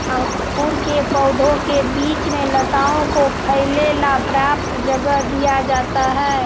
अंगूर के पौधों के बीच में लताओं को फैले ला पर्याप्त जगह दिया जाता है